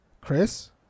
Chris